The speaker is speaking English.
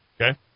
Okay